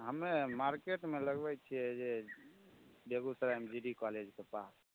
हम्मे मार्केटमे लगबय छियै जे बेगुसरायमे जी डी कॉलेजके पास